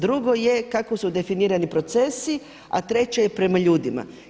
Drugo je kao su definirani procesi, a treće je prema ljudima.